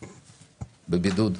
בבידוד.